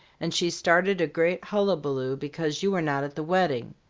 and she started a great hullabaloo because you were not at the wedding.